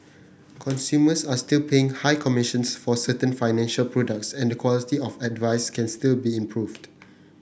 consumers are still paying high commissions for certain financial products and the quality of advice can still be improved